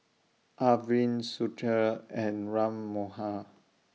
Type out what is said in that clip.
Arvind Sudhir and Ram Manohar